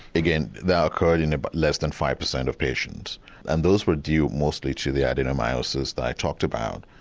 again that occurred in but less than five percent of patients and those were due mostly to the adenomyosis that i talked about.